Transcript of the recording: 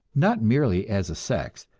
not merely as a sex,